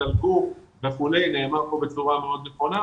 זלגו וכולי, נאמר פה בצורה מאוד נכונה,